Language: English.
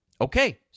Okay